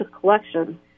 collection